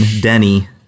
Denny